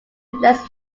less